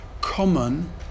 common